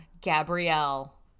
Gabrielle